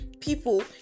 people